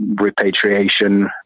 repatriation